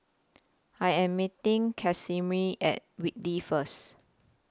I Am meeting Casimir At Whitley First